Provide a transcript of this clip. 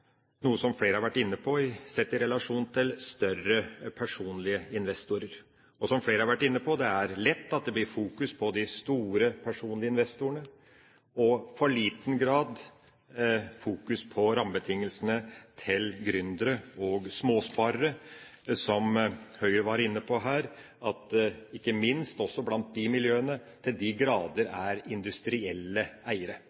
noe som flere har vært inne på, sett i relasjon til større personlige investorer. Og som flere har vært inne på: Det er lett at det blir fokusert på de store, personlige investorene og i for liten grad fokusert på rammebetingelsene til gründere og småsparere, som Høyre var inne på, og ikke minst at det også blant de miljøene til de grader er industrielle eiere.